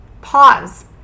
pause